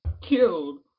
killed